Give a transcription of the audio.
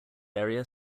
area